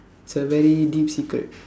it's a very deep secret